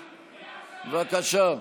בבקשה.